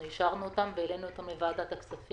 אנחנו אישרנו, ואז העלינו אותם לוועדת הכספים.